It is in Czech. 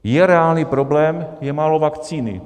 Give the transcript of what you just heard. Je reálný problém, je málo vakcíny.